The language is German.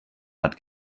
hat